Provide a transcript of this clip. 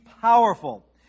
powerful